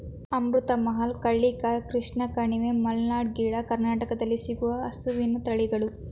ಅಮೃತ್ ಮಹಲ್, ಹಳ್ಳಿಕಾರ್, ಕೃಷ್ಣ ಕಣಿವೆ, ಮಲ್ನಾಡ್ ಗಿಡ್ಡ, ಕರ್ನಾಟಕದಲ್ಲಿ ಸಿಗುವ ಹಸುವಿನ ತಳಿಗಳು